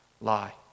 lie